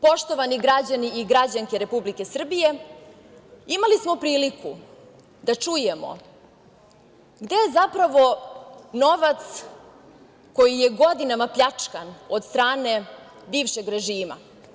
Poštovani građani i građanke Republike Srbije, imali smo priliku da čujemo gde je zapravo novac koji je godinama pljačkan od strane bivšeg režima.